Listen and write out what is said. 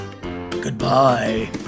goodbye